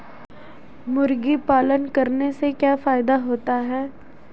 मुर्गी पालन करने से क्या फायदा होता है?